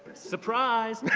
surprise!